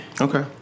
Okay